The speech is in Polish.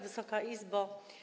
Wysoka Izbo!